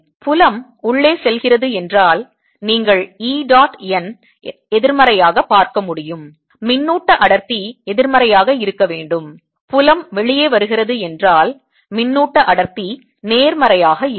புலம் உள்ளே செல்கிறது என்றால் நீங்கள் E டாட் n எதிர்மறையாக பார்க்க முடியும் மின்னூட்ட அடர்த்தி எதிர்மறையாக இருக்க வேண்டும் புலம் வெளியே வருகிறது என்றால் மின்னூட்ட அடர்த்தி நேர்மறையாக இருக்கும்